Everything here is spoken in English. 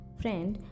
friend